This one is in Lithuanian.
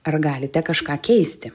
ar galite kažką keisti